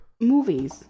Movies